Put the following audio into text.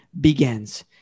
begins